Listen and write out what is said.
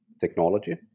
technology